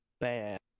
bad